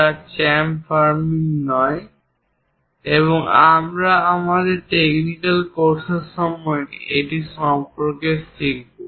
যা চ্যামফারিং নয় তবে আমরা আমাদের টেকনিক্যাল কোর্সের সময় এটি সম্পর্কে শিখব